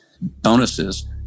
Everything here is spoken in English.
bonuses